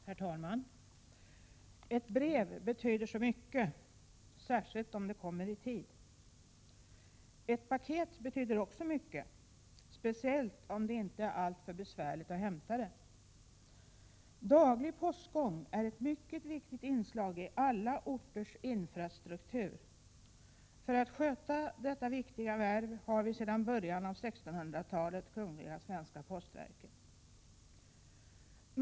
Herr talman! Ett brev betyder så mycket, särskilt om det kommer i tid. Ett paket betyder också mycket, speciellt om det inte är alltför besvärligt att hämta det. Daglig postgång är ett mycket viktigt inslag i alla orters infrastruktur. För att sköta detta viktiga värv har vi sedan början av 1600-talet Kungl. Svenska Postverket.